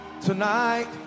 tonight